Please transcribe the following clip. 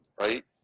right